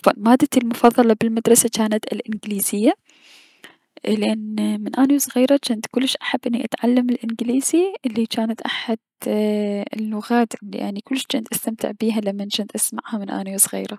مادتي المفضلة بلمدرسة جانت الأنكليزية اي- لأن من اني و صغيرة جنت كلش احب انو اتعلم الأنكليزي الي جانت احد اللغات الي اني كلش جنت استمتع بيها لمن اني اسمعها من انس و صغيرة.